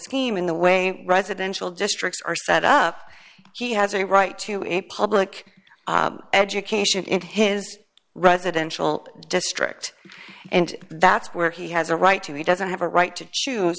scheme in the way residential districts are set up he has a right to a public education in his residential district and that's where he has a right to be doesn't have a right to choose